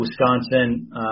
Wisconsin